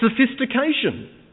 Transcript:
sophistication